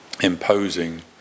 imposing